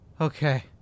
Okay